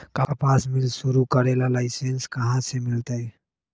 कपास मिल शुरू करे ला लाइसेन्स कहाँ से मिल तय